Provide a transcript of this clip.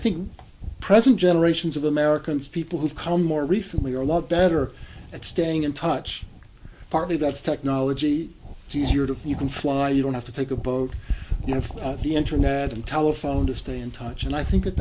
think present generations of americans people who've come more recently are a lot better at staying in touch partly that's technology it's easier to you can fly you don't have to take a boat you know the internet and telephone to stay in touch and i think that